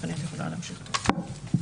בוקר טוב.